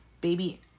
baby